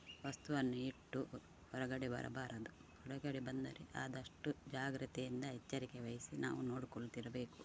ವಸ್ತುವನ್ನು ಇಟ್ಟು ಹೊರಗಡೆ ಬರಬಾರದು ಹೊರಗಡೆ ಬಂದರೆ ಆದಷ್ಟು ಜಾಗ್ರತೆಯಿಂದ ಎಚ್ಚರಿಕೆ ವಹಿಸಿ ನಾವು ನೋಡ್ಕೊಳ್ತಿರಬೇಕು